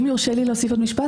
אם יורשה לי להוסיף עוד משפט,